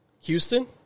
Houston